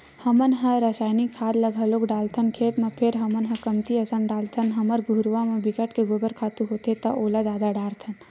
हमन ह रायसायनिक खाद ल घलोक डालथन खेत म फेर हमन ह कमती असन डालथन हमर घुरूवा म बिकट के गोबर खातू होथे त ओला जादा डारथन